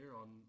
on